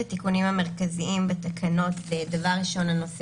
התיקונים המרכזיים בתקנות זה דבר ראשון הנושא